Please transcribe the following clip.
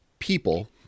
people